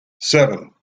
seven